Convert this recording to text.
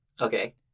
Okay